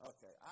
Okay